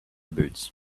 boots